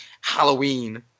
Halloween